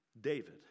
David